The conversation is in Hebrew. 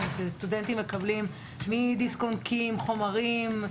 סטודנטים מקבלים מדיסק-און-קי עם חומרים,